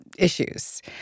issues